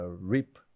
Rip